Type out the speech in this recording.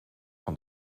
van